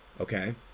okay